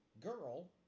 girl